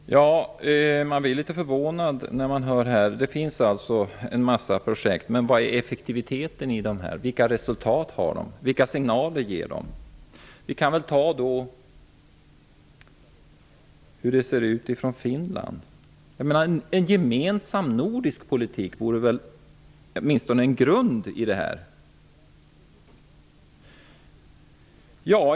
Fru talman! Man blir litet förvånad. Det finns alltså en massa projekt, men jag undrar hur effektiva de är. Vilka resultat och vilka signaler ger de? En gemensam nordisk politik borde väl åtminstone vara en grund i detta arbete.